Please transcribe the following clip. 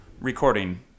recording